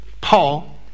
Paul